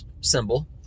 symbol